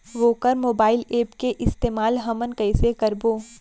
वोकर mobile app के इस्तेमाल हमन कइसे करबो?